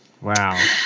Wow